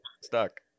Stuck